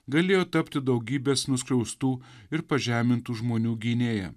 galėjo tapti daugybės nuskriaustų ir pažemintų žmonių gynėja